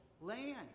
land